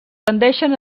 tendeixen